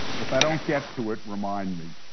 if i don't get to it, remind me.